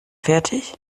fertig